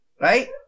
Right